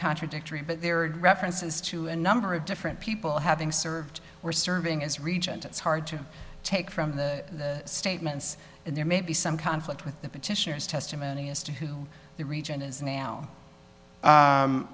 contradictory but there are references to a number of different people having served or serving as regent it's hard to take from the statements and there may be some conflict with the petitioners testimony as to who the region is now